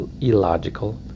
illogical